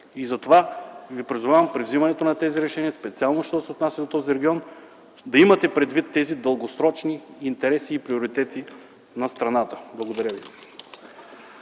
Затова Ви призовавам при взимането на тези решения, специално що се отнася до този регион, да имате предвид тези дългосрочни интереси и приоритети на страната. Благодаря ви.